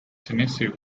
tennessee